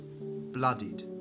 Bloodied